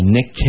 Nick